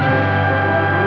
and